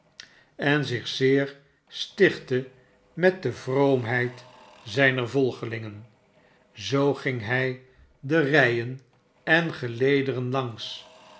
en zich zeer stichtte met de vroomheid zijner volgelingen zoo ging hij de rijen en gelederen langs